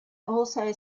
also